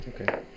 okay